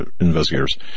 investigators